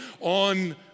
on